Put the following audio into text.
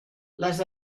les